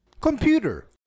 Computer